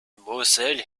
mosel